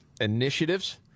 initiatives